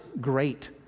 great